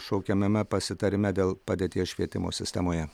šaukiamame pasitarime dėl padėties švietimo sistemoje